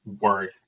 work